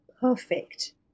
perfect